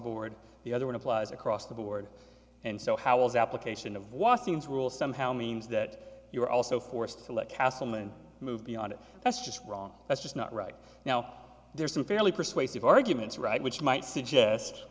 board the other one applies across the board and so how is application of washington's rule somehow means that you are also forced to let castleman move beyond it that's just wrong that's just not right now there are some fairly persuasive arguments right which might suggest